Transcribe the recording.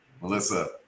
melissa